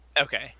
Okay